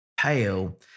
pale